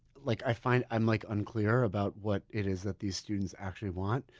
like i find i'm like unclear about what it is that these students actually want.